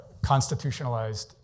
constitutionalized